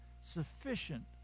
sufficient